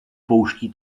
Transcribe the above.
pouští